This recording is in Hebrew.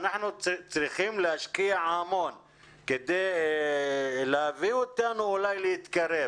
צריכים להשקיע המון כדי להביא אותנו להתקרב